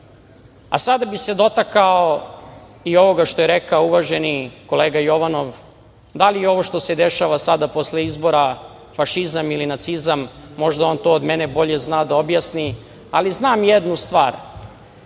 bih se dotakao i ovoga što je rekao uvaženi kolega Jovanov, da li je ovo što se dešava sada posle izbora fašizam ili nacizam, možda on to od mene bolje zna da objasni, ali znam jednu stvar